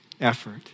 effort